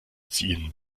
ziehen